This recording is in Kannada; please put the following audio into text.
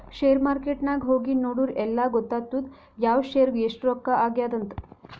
ಶೇರ್ ಮಾರ್ಕೆಟ್ ನಾಗ್ ಹೋಗಿ ನೋಡುರ್ ಎಲ್ಲಾ ಗೊತ್ತಾತ್ತುದ್ ಯಾವ್ ಶೇರ್ಗ್ ಎಸ್ಟ್ ರೊಕ್ಕಾ ಆಗ್ಯಾದ್ ಅಂತ್